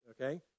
Okay